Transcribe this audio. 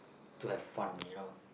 to have fun you know